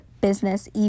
business